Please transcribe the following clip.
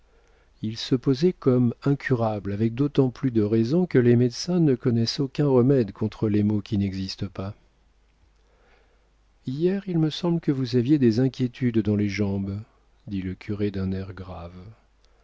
il se posait comme incurable avec d'autant plus de raison que les médecins ne connaissent aucun remède contre les maux qui n'existent pas hier il me semble que vous aviez des inquiétudes dans les jambes dit le curé d'un air grave